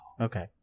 Okay